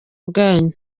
ubwanyu